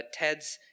TEDS